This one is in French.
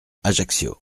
ajaccio